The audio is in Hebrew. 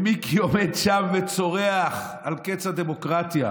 ומיקי עומד שם וצורח על קץ הדמוקרטיה.